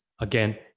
Again